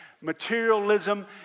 materialism